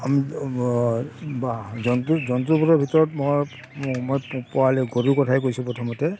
জন্তু জন্তুবোৰৰ ভিতৰত মই পোৱালি গৰুৰ কথাই কৈছোঁ প্ৰথমতে